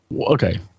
Okay